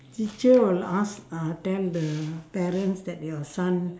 teacher will ask uh tell the parents that your son